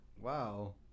wow